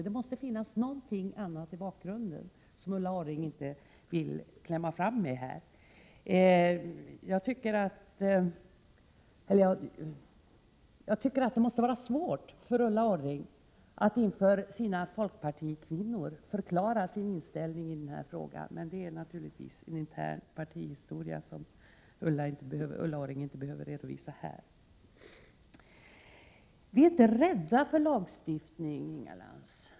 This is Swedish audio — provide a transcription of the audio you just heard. Det måste finnas något annat i bakgrunden, som Ulla Orring inte här vill diskutera. Det borde vara svårt för Ulla Orring att inför kvinnorna i folkpartiet förklara sin inställning i denna fråga. Men det angår naturligtvis endast folkpartiet internt. Det behöver inte Ulla Orring redovisa här. Inga Lantz! Vi är inte rädda för lagstiftning.